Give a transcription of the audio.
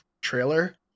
trailer